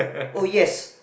oh yes